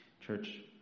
Church